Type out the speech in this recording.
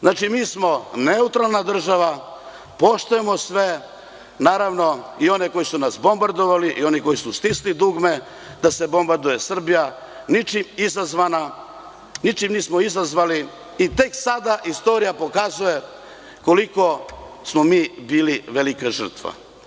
Znači, mi smo neutralna država, poštujemo sve, naravno i one koji su nas bombardovali i oni koji su stisli dugme da se bombarduje Srbija, ničim nismo izazvali i tek sada istorija pokazuje koliko smo mi bili velika žrtva.